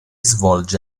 svolge